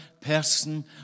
person